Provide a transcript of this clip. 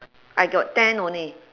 I got ten only